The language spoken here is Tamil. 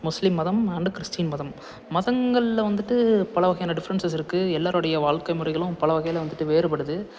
முஸ்லீம் மதம் அண்ட் கிறிஸ்டின் மதம் மதங்கள்ல வந்துட்டு பல வகையான டிஃப்ரென்ஸ்சஸ் இருக்குது எல்லாரோடைய வாழ்க்கை முறைகளும் பல வகையில் வந்துட்டு வேறுபடுது